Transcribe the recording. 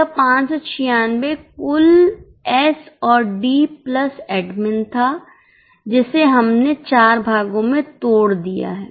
यह 596 कुल एस और डी प्लस एडमिन था जिसे हमने चार भागों में तोड़ दिया है